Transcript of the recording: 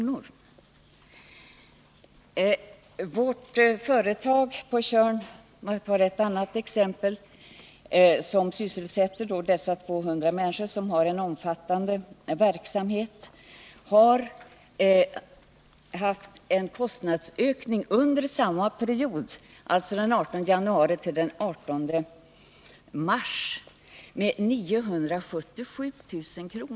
För att ta ett annat exempel kan jag nämna det företag på Tjörn som sysselsätter 200 människor och alltså har en omfattande verksamhet. Det företaget har under samma period, alltså mellan den 18 januari och den 18 mars, haft en kostnadsökning på 977 000 kr.